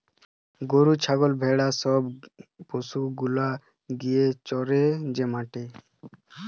গরু ছাগল ভেড়া সব পশু গুলা গিয়ে চরে যে মাঠে